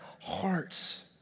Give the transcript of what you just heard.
hearts